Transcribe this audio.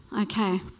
okay